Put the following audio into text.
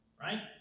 right